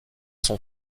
son